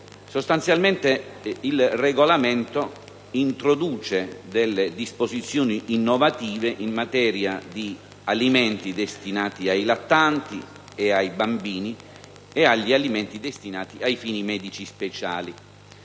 sostanzialmente il regolamento introduce disposizioni innovative in materia di alimenti destinati ai lattanti e ai bambini e di alimenti destinati a fini medici speciali.